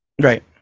right